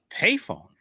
payphone